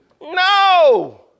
No